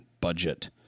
budget